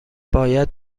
باید